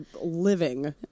living